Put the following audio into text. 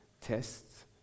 tests